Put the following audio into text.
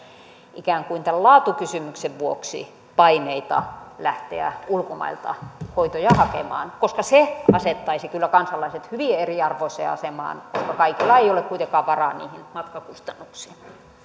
ikään kuin tämän laatukysymyksen vuoksi paineita lähteä ulkomailta hoitoja hakemaan se asettaisi kyllä kansalaiset hyvin eriarvoiseen asemaan koska kaikilla ei ole kuitenkaan varaa niihin matkakustannuksiin